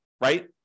right